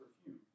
perfume